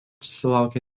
susilaukė